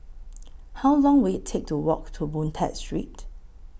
How Long Will IT Take to Walk to Boon Tat Street